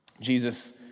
Jesus